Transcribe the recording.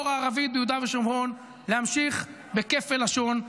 הערבי ביהודה ושומרון להמשיך בכפל לשון,